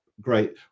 great